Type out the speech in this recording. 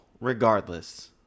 regardless